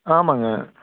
ஆமாம்ங்க